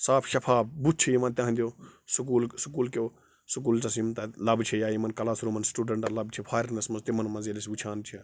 صاف شَفاف بُتھ چھِ یِوان تٕہٕنٛدیو سکوٗل سکوٗلکیو سکوٗلچَس یِم تَتہِ لَبہٕ چھےٚ یا یِمَن کَلاس روٗمَن سٕٹوٗڈَنٛٹَن لَبہٕ چھِ فارِنَس منٛز تِمَن منٛز ییٚلہِ أسۍ وٕچھان چھِ